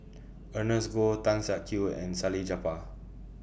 Ernest Goh Tan Siak Kew and Salleh Japar